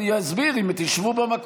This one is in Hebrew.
ארבע שנים ישבת, חבר הכנסת לוי.